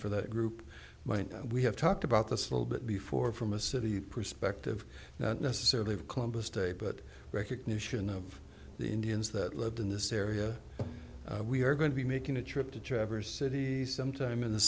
for the group might we have talked about this little bit before from a city perspective not necessarily of columbus day but recognition of the indians that lived in this area we are going to be making a trip to traverse city sometime in the